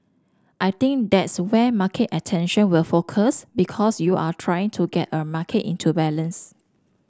I think that's where market attention will focus because you're trying to get a market into balance